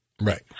Right